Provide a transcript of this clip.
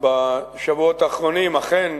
בשבועות האחרונים אכן